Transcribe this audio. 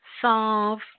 Solve